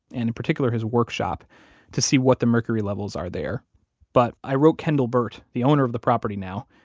and in particular, his workshop to see what the mercury levels are there but i wrote kendall burt, the owner of the property now,